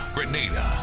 Grenada